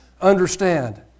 understand